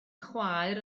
chwaer